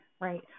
right